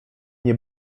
nie